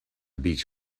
beach